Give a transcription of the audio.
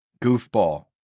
goofball